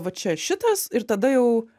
va čia šitas ir tada jau